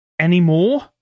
anymore